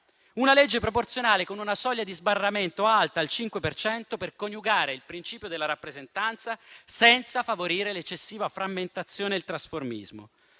dei partiti, con una soglia di sbarramento alta (al 5 per cento) per coniugare il principio della rappresentanza senza favorire l'eccessiva frammentazione e il trasformismo;